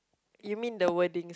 you mean the wording